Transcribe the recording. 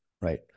right